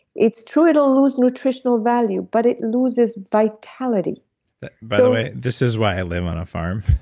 it's true it'll lose nutritional value but it loses vitality by the way, this is why i live on a farm